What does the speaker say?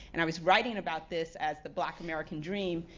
and i was writing about this as the black american dream,